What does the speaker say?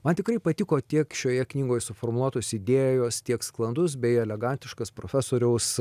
man tikrai patiko tiek šioje knygoje suformuotos idėjos tiek sklandus bei elegantiškas profesoriaus